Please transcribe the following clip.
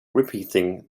repeating